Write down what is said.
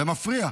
זה מפריע.